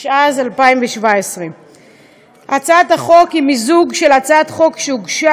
התשע"ז 2017. הצעת החוק היא מיזוג של הצעת חוק שהוגשה